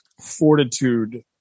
fortitude